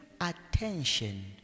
attention